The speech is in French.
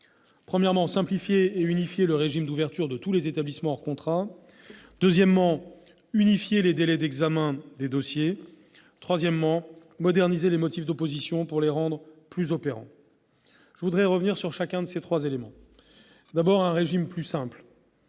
premièrement, simplifier et unifier le régime d'ouverture de tous les établissements hors contrat ; deuxièmement, unifier les délais d'examen des dossiers ; troisièmement, moderniser les motifs d'opposition pour les rendre plus opérants. Je voudrais revenir sur chacun de ces trois éléments. Tout d'abord, pour parvenir à un régime plus simple,